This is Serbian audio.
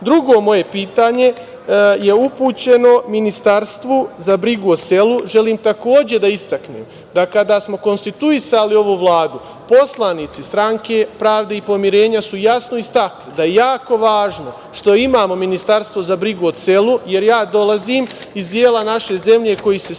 moje pitanje je upućeno Ministarstvu za brigu o selu. Želim, takođe, da istaknem da kada smo konstituisali ovu Vladu poslanici Stranke pravde i pomirenja su jasno istakli da je jako važno što imamo Ministarstvo za brigu o selu, jer ja dolazim iz dela naše zemlje koji se Sandžak